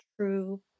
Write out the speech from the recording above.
true